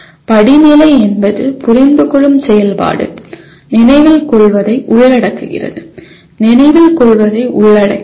படிநிலை என்பது புரிந்துகொள்ளும் செயல்பாடு நினைவில் கொள்வதை உள்ளடக்குகிறது நினைவில் கொள்வதை உள்ளடக்கியது